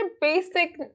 basic